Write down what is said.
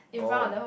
oh